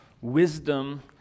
Wisdom